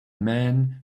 man